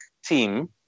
team